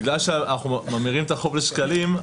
בגלל שאנחנו ממירים את החוב לשקלים,